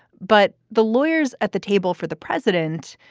but the lawyers at the table for the president,